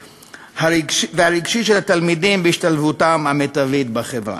והרגשית של הילדים והשתלבותם המיטבית בחברה.